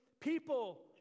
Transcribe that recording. people